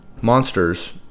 Monsters